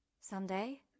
Someday